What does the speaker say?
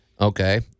Okay